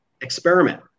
experiment